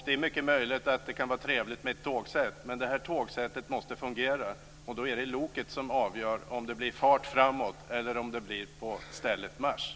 Det är mycket möjligt att det kan vara trevligt med ett tågsätt, men det måste fungera. Då är det loket som avgör om det blir fart framåt eller om det blir på stället marsch.